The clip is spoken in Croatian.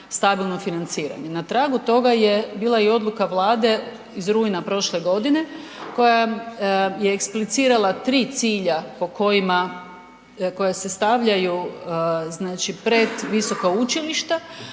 stabilno financiranje. Na tragu toga je bila i odluka Vlade iz rujna prošle godine koja je eksplicirala tri cilja koja se stavljaju pred visoka učilišta